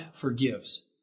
forgives